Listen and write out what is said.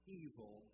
evil